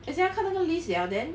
as in 他看那个 list liao then